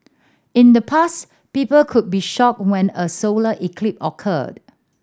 in the past people could be shocked when a solar eclipse occurred